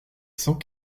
cent